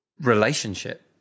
relationship